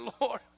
Lord